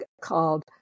called